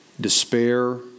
despair